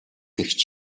гэгч